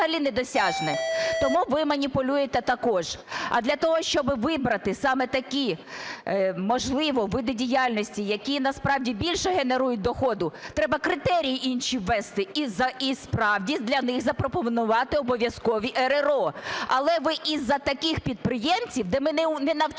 Тому ви маніпулюєте також. А для того, щоби вибрати саме такі, можливо, види діяльності, які насправді більше генерують доходу, треба критерії інші ввести і, справді, для них запропонувати обов'язкові РРО. Але ви із-за таких підприємців, де ми не навчилися